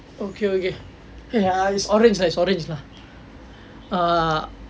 okay okay ya it's orange orange right it's orange lah